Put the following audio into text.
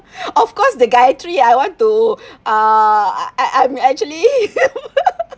of course the gaithry I want to uh I I'm actually